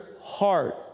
heart